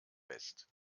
west